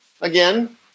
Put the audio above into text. again